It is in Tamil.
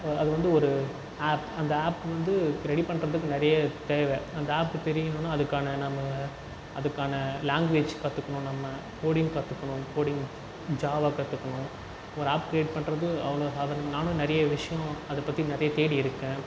அது வந்து ஒரு ஆப் அந்த ஆப் வந்து ரெடி பண்ணுறதுக்கு நிறைய தேவை அந்த ஆப் தெரியணுனா அதுக்கான நாம் அதுக்கான லாங்குவேஜ் கற்றுக்கணும் நம்ம கோடிங் கற்றுக்கணும் கோடிங் ஜாவா கற்றுக்கணும் ஒரு ஆஃப் கிரியேட் பண்ணுறது அவ்வளோ சாதாரண நானும் நிறைய விஷயம் அதைப்பற்றி நிறைய தேடி எடுத்தேன்